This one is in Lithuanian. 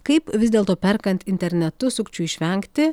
kaip vis dėlto perkant internetu sukčių išvengti